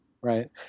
right